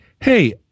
hey